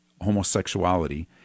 homosexuality